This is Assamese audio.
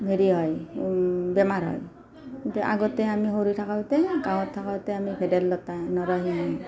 হেৰি হয় বেমাৰ হয় এতিয়া আগতে আমি সৰু থাকোঁতে গাঁৱত থাকোঁতে আমি ভেদাইলতা নৰসিংহ